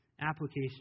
application